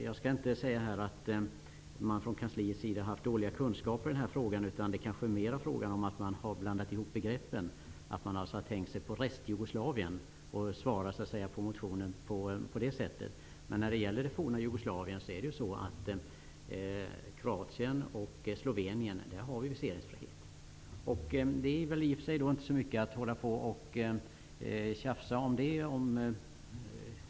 Jag skall inte säga att kansliet har haft dåliga kunskaper om detta. Det kanske mer är fråga om att man har blandat ihop begreppen. Man kanske tänkte på Restjugoslavien när man besvarade motionen. Det råder nämligen viseringsfrihet för Kroatien och Slovenien i det forna Jugoslavien.